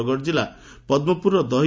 ବରଗଡ଼ କିଲ୍ଲା ପଦ୍କପୁର ଦହି